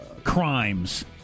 Crimes